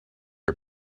are